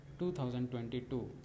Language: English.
2022